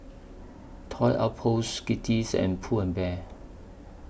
Toy Outpost Skittles and Pull and Bear